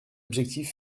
objectif